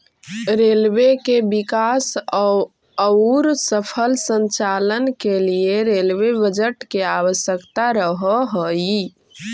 railway के विकास औउर सफल संचालन के लिए रेलवे बजट के आवश्यकता रहऽ हई